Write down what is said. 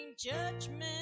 judgment